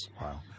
Wow